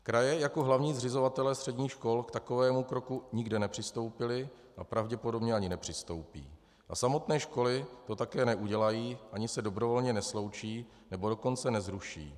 Kraje jako hlavní zřizovatelé středních škol k takovému kroku nikde nepřistoupili a pravděpodobně ani nepřistoupí a samotné školy to také neudělají a ani se dobrovolně nesloučí, nebo dokonce nezruší.